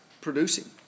producing